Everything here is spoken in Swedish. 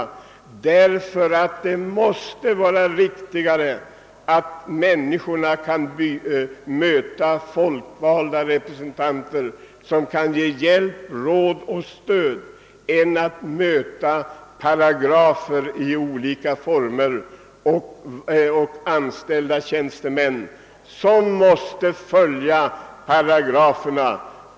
Det är vikti gare för människorna där att möta folkvalda representanter som kan ge hjälp, råd och stöd än att möta paragrafer och anställda tjänstemän som måste följa paragraferna.